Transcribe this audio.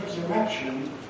resurrection